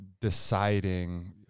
deciding